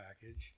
package